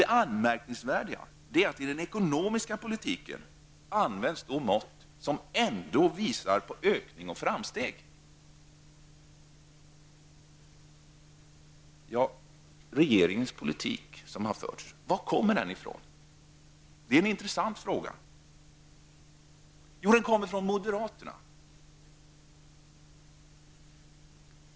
Det anmärkningsvärda är att det i den ekonomiska politiken används mått som ändå visar på ökning och framsteg. Varifrån kommer regeringens politik? Det är en intressant fråga. Jo, den kommer från moderaterna.